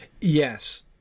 Yes